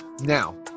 Now